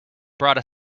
brought